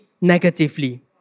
negatively